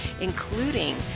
including